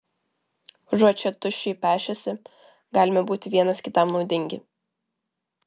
užuot čia tuščiai pešęsi galime būti vienas kitam naudingi